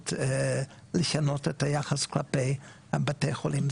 האפשרות לשנות את היחס כלפי בתי החולים.